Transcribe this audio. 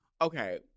okay